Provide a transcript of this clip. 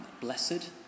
blessed